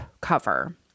cover